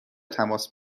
تماس